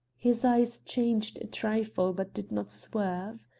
his eyes changed trifle but did not swerve.